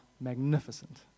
magnificent